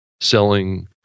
selling